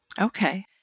Okay